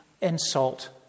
insult